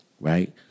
right